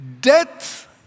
Death